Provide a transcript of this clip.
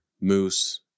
moose